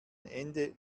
ende